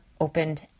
opened